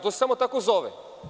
To se samo tako zove.